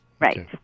right